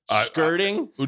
skirting